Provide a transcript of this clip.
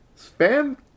spam